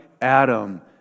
Adam